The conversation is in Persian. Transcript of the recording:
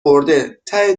برده، ته